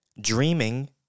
Dreaming